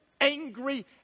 angry